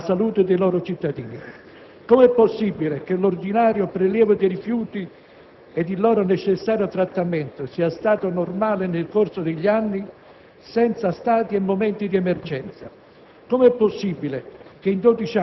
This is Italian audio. di tutelare neppure la salute dei loro cittadini. Com'è possibile che l'ordinario prelievo dei rifiuti e il loro necessario trattamento sia stato normale nel corso degli anni, senza stati e momenti di emergenza?